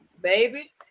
baby